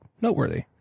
noteworthy